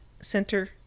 Center